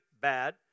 bad